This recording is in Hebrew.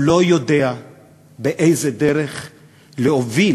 הוא לא יודע באיזו דרך להוביל,